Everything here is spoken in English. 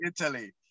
Italy